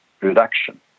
reduction